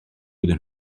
gyda